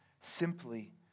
simply